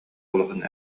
улахан